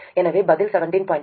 எனவே பதில் 17